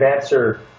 answer